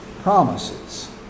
promises